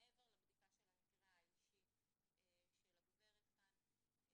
מעבר לבדיקה של המקרה האישי של הגברת כאן,